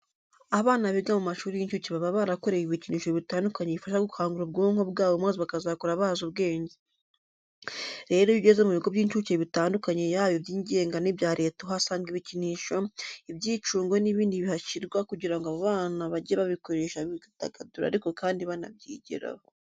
Abana biga mu mashuri y'incuke baba barakorewe ibikinisho bitandukanye bifasha gukangura ubwonko bwabo maze bakazakura bazi ubwenge. Rero iyo ugeze mu bigo by'incuke bitandukanye yaba ibyigenga n'ibya leta uhasanga ibikinisho, ibyicungo n'ibindi bihashyirwa kugira ngo aba bana bajye babikoresha bidagadura ariko kandi banabyigiraho.